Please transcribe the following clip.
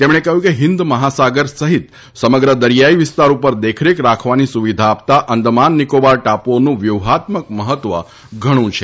તેમણે કહ્યું કે હિંદ મહાસાગર સહિત સમગ્ર દરિયાઇ વિસ્તાર ઉપર દેખરેખ રાખવાની સુવિધા આપતા આંદમાન નિકોબાર ટાપુઓનું વ્યૂહાત્મક મહત્વ ઘણું છે